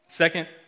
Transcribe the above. Second